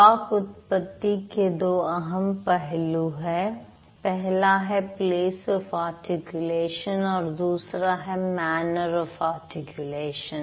वाक् उत्पत्ति के दो अहम पहलू हैं पहला है प्लेस ऑफ आर्टिकुलेशन और दूसरा है मैनर आफ आर्टिकुलेशन